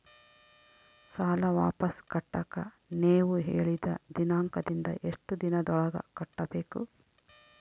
ಸಾಲ ವಾಪಸ್ ಕಟ್ಟಕ ನೇವು ಹೇಳಿದ ದಿನಾಂಕದಿಂದ ಎಷ್ಟು ದಿನದೊಳಗ ಕಟ್ಟಬೇಕು?